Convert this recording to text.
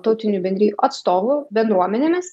tautinių bendrijų atstovų bendruomenėmis